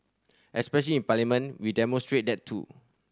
especial in Parliament we demonstrate that too